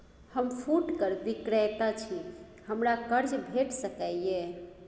हम फुटकर विक्रेता छी, हमरा कर्ज भेट सकै ये?